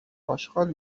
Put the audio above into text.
اشغال